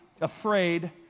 afraid